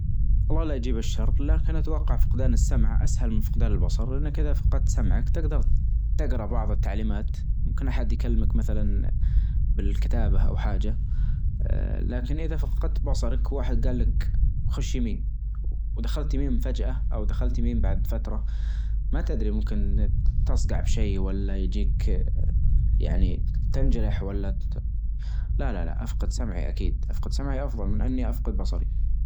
الله لا يجيب الشر لكن أتوقع فقدان السمع أسهل من فقدان البصر، لأنك إذا فقدت سمعك تجدر تجرأ بعض التعليمات ممكن أحد يكلمك مثلا بالكتابة أو حاجة، آآ لكن إذا فقدت بصرك واحد جال لك خش يمين ودخلت يمين فجأة أو دخلت يمين بعد فترة ما تدري ممكن تصجع بشيء ولا يجيك يعني تنجرح ولا ت، لا-لا-لا أفقد سمعي أكيد أفقد سمعي أفظل من إني أفقد بصري.